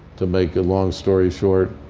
to make a long story short,